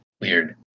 weird